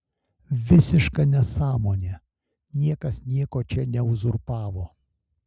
visiška nesąmonė niekas nieko čia neuzurpavo